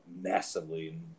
massively